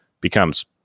becomes